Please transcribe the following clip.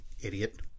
Idiot